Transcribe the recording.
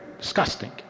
Disgusting